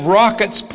rockets